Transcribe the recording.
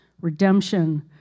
redemption